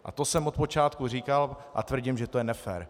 A to jsem od počátku říkal a tvrdím, že to je nefér.